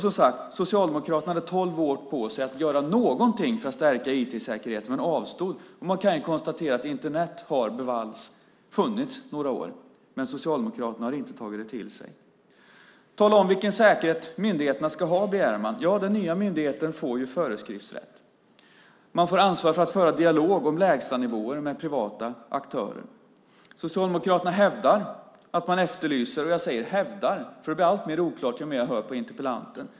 Som sagt var: Socialdemokraterna hade tolv år på sig att göra någonting för att stärka IT-säkerheten men avstod. Man kan konstatera att Internet bevars har funnits i några år, men Socialdemokraterna har inte tagit detta till sig. Tala om vilken säkerhet myndigheterna ska ha! begär man. Den nya myndigheten får föreskriftsrätt. Den får ansvar för att föra dialog om lägstanivåer med privata aktörer. Socialdemokraterna hävdar att man efterlyser förebyggande arbete. Jag säger hävdar, för det blir allt mer oklart ju mer jag hör på interpellanten.